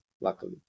luckily